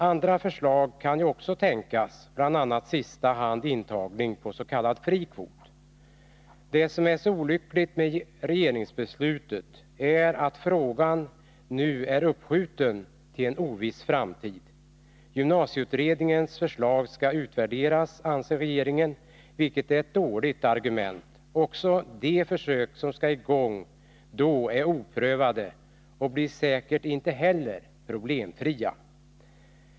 Andra alternativ kan tänkas, bl.a. i sista hand intagning på s.k. fri kvot. Det som är så olyckligt med regeringsbeslutet är att frågan nu är uppskjuten till en oviss framtid. Gymnasieutredningens förslag skall utvärderas, anser regeringen, vilket är ett dåligt argument. Också de tankar som där är aktuella är oprövade, och säkerligen blir inte heller de försöken problemfria.